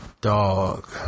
Dog